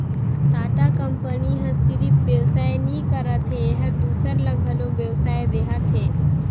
Tata company ह सिरिफ बेवसाय नी करत हे एहर दूसर ल घलो बेवसाय देहत हे